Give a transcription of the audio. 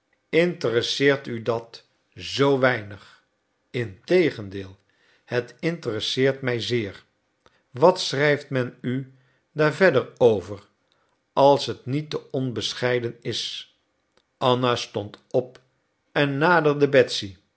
interesseert u dat zoo weinig integendeel het interesseert mij zeer wat schrijft men u daar verder over als het niet te onbescheiden is anna stond op en naderde betsy